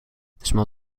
small